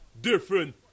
different